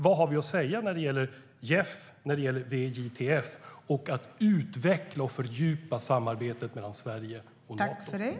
Vad har vi att säga när det gäller JEF, VJTF och att utveckla och fördjupa samarbetet mellan Sverige och Nato?